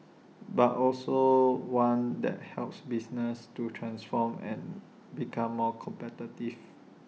but also one that helps businesses to transform and become more competitive